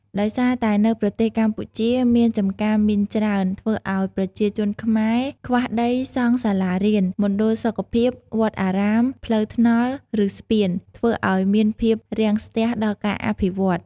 ដោយសារតែនៅប្រទេសកម្ពុជាមានចំការមីនច្រើន ធ្វើឲ្យប្រជាជនខ្មែរខ្វះដីសង់សាលារៀន មណ្ឌលសុខភាព វត្តអារាម ផ្លូវថ្នល់ ឬ ស្ពាន ធ្វើឲ្យមានភាពរាំងស្ទះដល់ការអភិវឌ្ឍ។